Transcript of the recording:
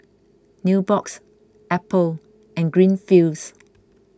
Nubox Apple and Greenfields